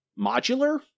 modular